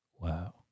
Wow